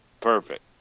Perfect